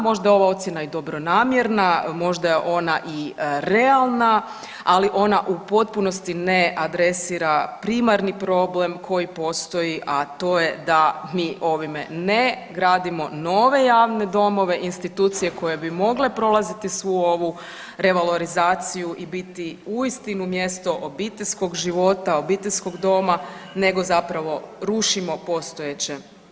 Možda je ova ocjena i dobronamjerna, možda je ona i realna, ali ona u potpunosti ne adresira primarni problem koji postoji, a to je da mi ovime ne gradimo nove javne domove, institucije koje bi mogle prolaziti svu ovu revalorizaciju i biti uistinu mjesto obiteljskog života i obiteljskog doma nego zapravo rušimo postojeće.